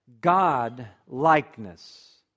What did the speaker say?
God-likeness